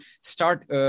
start